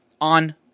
on